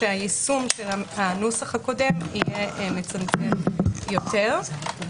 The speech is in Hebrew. שהיישום של הנוסח הקודם יהיה מצמצם יותר.